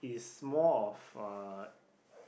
it's more of a